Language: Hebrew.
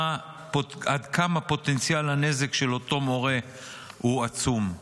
עד כמה פוטנציאל הנזק של אותו מורה הוא עצום.